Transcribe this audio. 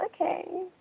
okay